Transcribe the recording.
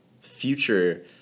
future